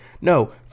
No